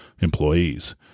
employees